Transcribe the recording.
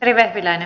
arvoisa puhemies